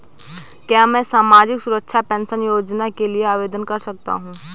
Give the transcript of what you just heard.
क्या मैं सामाजिक सुरक्षा पेंशन योजना के लिए आवेदन कर सकता हूँ?